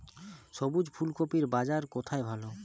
সবুজ ফুলকপির বাজার কোথায় ভালো?